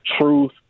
truth